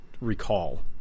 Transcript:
recall